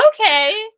okay